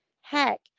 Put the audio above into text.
Heck